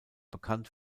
bekannt